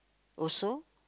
also